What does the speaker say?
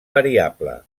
variable